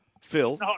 Phil